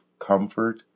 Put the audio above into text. comfort